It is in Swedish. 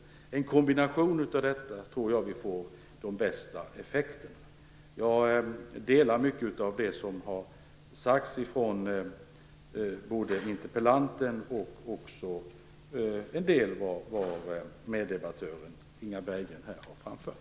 Genom en kombination av detta får vi de bästa effekterna. Jag instämmer i mycket av det som sagts av interpellanten och även i en del som meddebattören Inga Berggren har framfört.